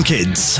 Kids